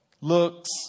looks